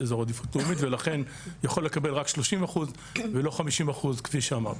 ולכן הוא יכול לקבל רק 30% ולא 50% כפי שאמרת.